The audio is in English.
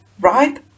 right